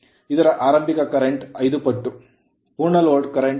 ಇದರ ಆರಂಭಿಕ current current ಐದು ಪಟ್ಟು ಪೂರ್ಣ load ಲೋಡ್ current ಕರೆಂಟ್